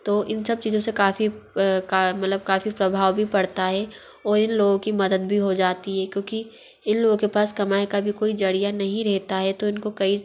तो इन सब चीज़ों से काफ़ी मतलब काफ़ी प्रभाव भी पड़ता है ओर इन लोगों की मदद भी हो जाती है क्योंकि इन लोगों के पास कमाई का भी कोई ज़रिया नहीं रहता है तो इनको कई